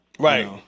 Right